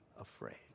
afraid